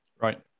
Right